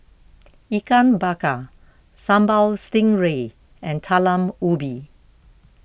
Ikan Bakar Sambal Stingray and Talam Ubi